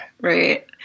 Right